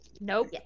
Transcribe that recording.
Nope